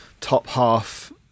top-half